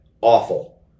awful